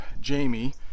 Jamie